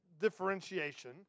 differentiation